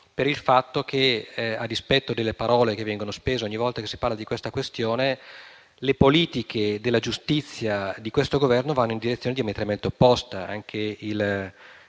per il fatto che, a dispetto delle parole che vengono spese ogni volta che si parla della questione, le politiche della giustizia di questo Governo vanno in direzione diametralmente opposta.